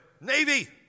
Navy